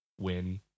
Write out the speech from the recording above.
win